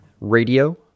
radio